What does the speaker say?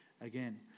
again